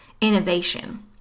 innovation